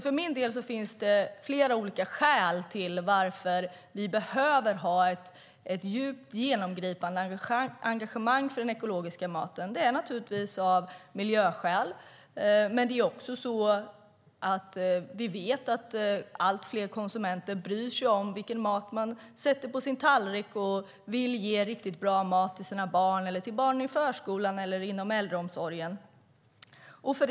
För min del finns det flera olika skäl till att vi behöver ha ett djupt genomgripande engagemang för den ekologiska maten. Det handlar naturligtvis om miljöskäl, men vi vet också att allt fler konsumenter bryr sig om vilken mat de lägger på sin tallrik. Man vill ge riktigt bra mat till sina barn, till barnen i förskolan eller till de äldre i äldreomsorgen.